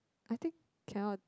I think cannot